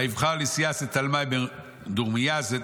ויבחר את לסיאס את תלמי בן דורומינס ואת